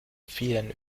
vielen